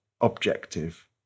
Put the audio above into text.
objective